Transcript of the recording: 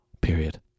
period